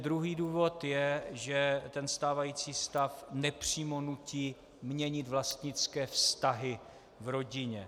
Druhý důvod je, že stávající stav nepřímo nutí měnit vlastnické vztahy v rodině.